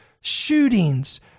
shootings